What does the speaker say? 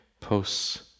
posts